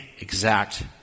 exact